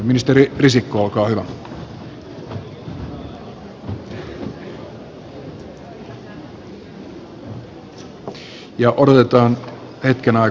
odotetaan hetken aikaa että sali rauhoittuu uudelleen